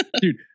Dude